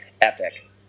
epic